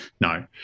No